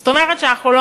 זאת אומרת שאנחנו לא